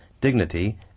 dignity